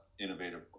innovative